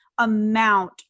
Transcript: Amount